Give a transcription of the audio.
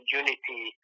unity